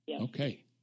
Okay